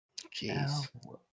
Jeez